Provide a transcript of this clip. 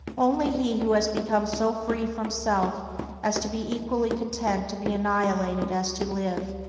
only he who has become so free from self as to be equally content to be annihilated as to live,